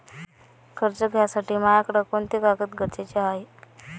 कर्ज घ्यासाठी मायाकडं कोंते कागद गरजेचे हाय?